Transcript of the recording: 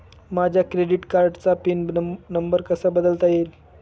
माझ्या क्रेडिट कार्डचा pin number कसा बदलता येईल?